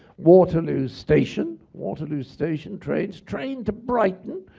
waterloo station, waterloo station, trains, train to brighton,